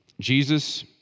Jesus